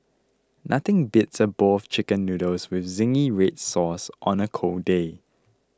nothing beats a bowl of Chicken Noodles with Zingy Red Sauce on a cold day